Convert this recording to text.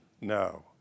No